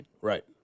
Right